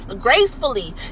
gracefully